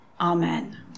Amen